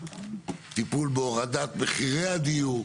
טיפול בהורדת מחירי הדיור.